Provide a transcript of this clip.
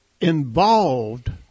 involved